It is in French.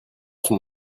son